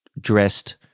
dressed